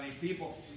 people